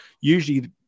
Usually